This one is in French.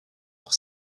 pour